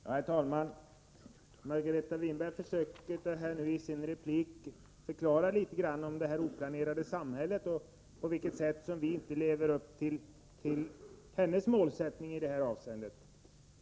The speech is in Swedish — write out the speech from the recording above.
Herr talman! Margareta Winberg försökte i sin replik förklara litet grand beträffande det oplanerade samhället och på vilket sätt vi inte lever upp till hennes målsättning i det avseendet.